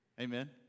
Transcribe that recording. Amen